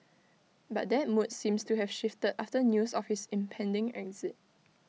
but that mood seems to have shifted after news of his impending exit